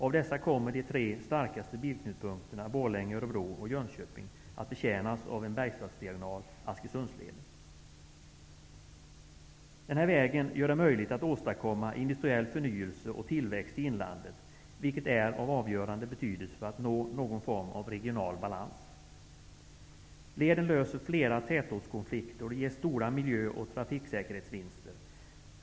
Av dessa kommer de tre starkaste bilknutpunkterna Borlänge, Örebro och Denna väg gör det möjligt att åstadkomma industriell förnyelse och tillväxt i inlandet, vilket är av avgörande betydelse för att nå någon form av regional balans. Leden löser flera tätortskonflikter och ger stora miljö och trafiksäkerhetsvinster.